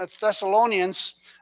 Thessalonians